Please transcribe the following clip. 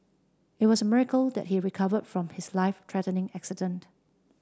it was a miracle that he recover from his life threatening accident